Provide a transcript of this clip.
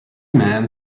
men